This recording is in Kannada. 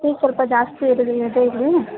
ಫೀಸ್ ಸ್ವಲ್ಪ ಜಾಸ್ತಿ ಇದೆ ಇದೆ ಇಲ್ಲಿ